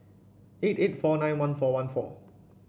eight eight four nine one four one four